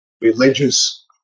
religious